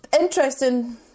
interesting